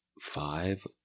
five